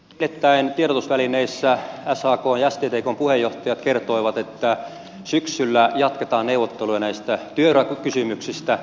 hiljattain tiedotusvälineissä sakn ja sttkn puheenjohtajat kertoivat että syksyllä jatketaan neuvotteluja näistä työurakysymyksistä